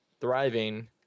thriving